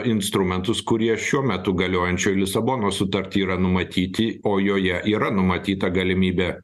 instrumentus kurie šiuo metu galiojančioj lisabonos sutartį yra numatyti o joje yra numatyta galimybė